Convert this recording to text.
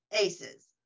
ACEs